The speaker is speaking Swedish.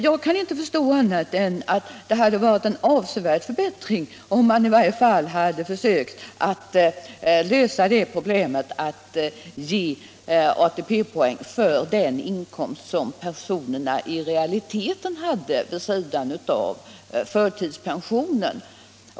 Jag kan inte förstå annat än att det hade inneburit en avsevärd förbättring, om man försökt att lösa problemet genom att ge ATP-poäng för den inkomst som personen i realiteten hade vid sidan av förtidspensionen.